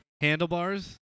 Handlebars